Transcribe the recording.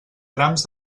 grams